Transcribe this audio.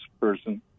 person